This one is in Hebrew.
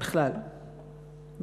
בכלל,